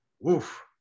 Woof